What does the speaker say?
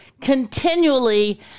continually